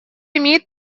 имеет